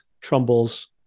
Trumbull's